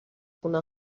خونه